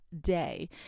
day